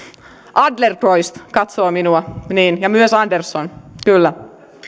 adlercreutz katsoo minua ja myös andersson kyllä